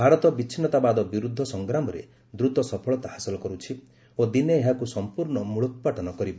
ଭାରତ ବିଚ୍ଛିନ୍ନତାବାଦ ବିରୁଦ୍ଧରେ ସଂଗ୍ରାମରେ ଦ୍ରତ ସଫଳତା ହାସଲ କରୁଛି ଓ ଦିନେ ଏହାକୁ ସମ୍ପୂର୍ଣ୍ଣ ମୂଳୋତ୍ପାଟନ କରିବ